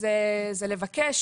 זה לבקש,